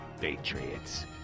Patriots